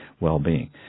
well-being